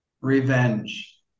revenge